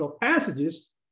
passages